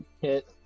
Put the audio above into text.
Hit